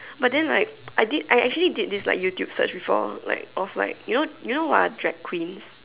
but then like I did I actually did this like youtube search before like of like you know you know what are drag Queens